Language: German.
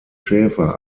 schäfer